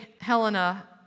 Helena